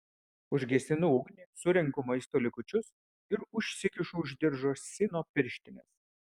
užgesinu ugnį surenku maisto likučius ir užsikišu už diržo sino pirštines